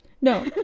No